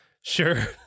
Sure